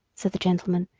said the gentleman.